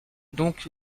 donc